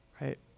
right